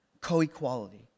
Co-equality